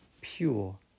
pure